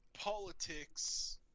politics